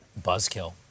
Buzzkill